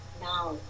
now